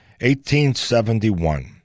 1871